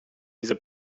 dieser